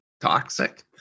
toxic